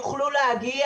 יוכלו להגיע.